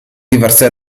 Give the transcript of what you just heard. diverse